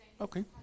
Okay